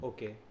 Okay